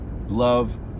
love